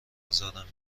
ازارم